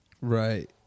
Right